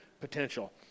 potential